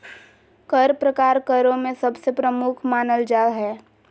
कर प्रकार करों में सबसे प्रमुख मानल जा हय